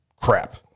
Crap